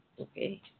Okay